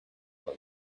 him